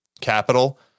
capital